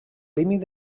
límit